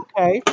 Okay